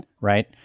Right